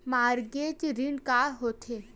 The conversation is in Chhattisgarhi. मॉर्गेज ऋण का होथे?